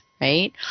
right